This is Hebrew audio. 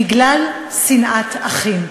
בגלל שנאת אחים.